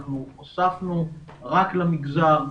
אנחנו הוספנו רק למגזר,